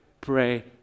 pray